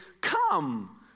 come